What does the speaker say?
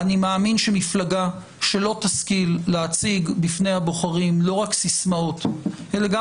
אני מאמין שמפלגה שלא תשכיל להציג בפני הבוחרים לא רק סיסמאות אלא גם